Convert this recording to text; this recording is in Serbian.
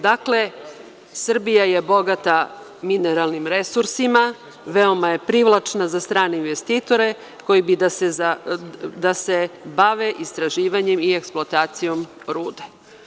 Dakle, Srbija je bogata mineralnim resursima, veoma je privlačna za strane investitore koji bi da se bave istraživanjem i eksploatacijom rude.